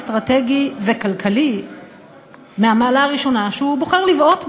אסטרטגי וכלכלי מהמעלה הראשונה שהוא בוחר לבעוט בו.